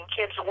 kids